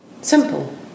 Simple